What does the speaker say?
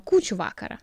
kūčių vakarą